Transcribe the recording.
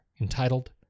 entitled